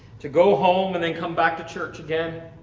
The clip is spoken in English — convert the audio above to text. to go home and then come back to church again.